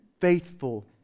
faithful